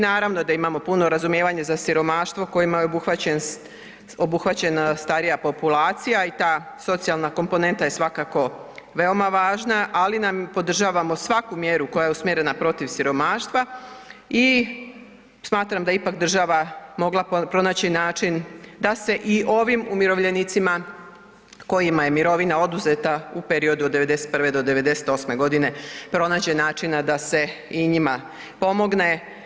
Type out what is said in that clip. Naravno da imamo puno razumijevanja za siromaštvo kojima je obuhvaćena starija populacija i ta socijalna komponenta je svakako jako važna, ali podržavamo svaku mjeru koja je usmjerena protiv siromaštva i smatram da je ipak država mogla pronaći način da se i ovim umirovljenicima kojima je mirovina oduzeta u periodu od '91.-'98.godine pronađe način da se i njima pomogne.